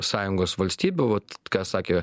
sąjungos valstybių vat ką sakė